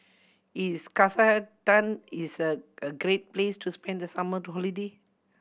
is is a a great place to spend the summer holiday